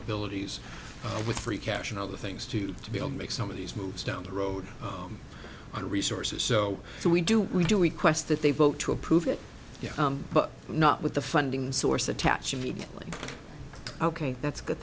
abilities with free cash and other things too to be able make some of these moves down the road on resources so we do we do request that they vote to approve it but not with the funding source attached immediately ok that's good